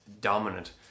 dominant